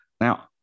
Now